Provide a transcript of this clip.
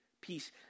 peace